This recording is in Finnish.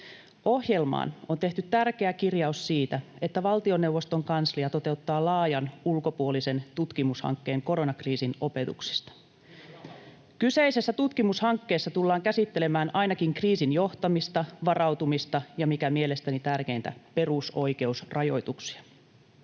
Ohjelmaan on tehty tärkeä kirjaus siitä, että valtioneuvoston kanslia toteuttaa laajan ulkopuolisen tutkimushankkeen koronakriisin opetuksista. [Eduskunnasta: Millä rahalla?] Kyseisessä tutkimushankkeessa tullaan käsittelemään ainakin kriisin johtamista, varautumista ja, mikä mielestäni tärkeintä, perusoikeusrajoituksia.